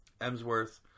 Emsworth